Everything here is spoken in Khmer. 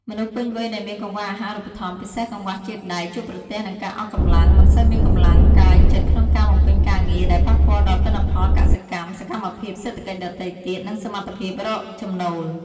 មនុស្សពេញវ័យដែលមានកង្វះអាហារូបត្ថម្ភ ពិសេសកង្វះជាតិដែក ជួបប្រទះនឹងការអស់កម្លាំង មិនសូវមានកម្លាំងកាយចិត្តក្នុងការបំពេញការងារ ដែលប៉ះពាល់ដល់ទិន្នផលកសិកម្ម សកម្មភាពសេដ្ឋកិច្ចដទៃទៀត និងសមត្ថភាពរកចំណូល។